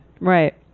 Right